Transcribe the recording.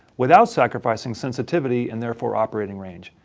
without sacrificing sensitivity and therefore operating range.